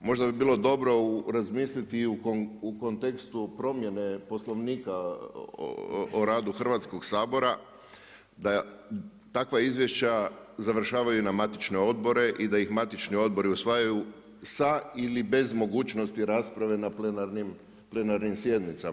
Možda bi bilo dobro razmisliti i u kontekstu promjene Poslovnika o radu Hrvatskoga sabora da takva izvješća završavaju na matične odbore i da ih matični odbori usvajaju sa ili bez mogućnosti rasprave na plenarnim sjednicama.